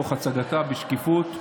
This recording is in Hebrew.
תוך הצגתה בשקיפות,